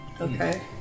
Okay